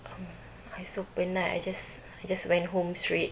um I so penat I just I just went home straight